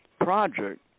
project